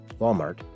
Walmart